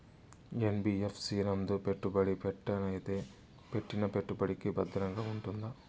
NBFC నందు పెట్టుబడి పెట్టినట్టయితే పెట్టిన పెట్టుబడికి భద్రంగా ఉంటుందా?